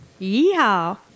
Yeehaw